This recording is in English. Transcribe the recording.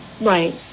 Right